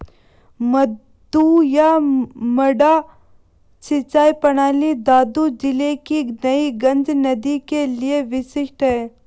मद्दू या मड्डा सिंचाई प्रणाली दादू जिले की नई गज नदी के लिए विशिष्ट है